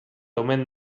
omen